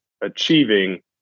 achieving